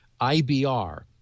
IBR